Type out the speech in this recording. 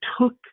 took